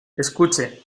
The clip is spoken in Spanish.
escuche